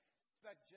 expect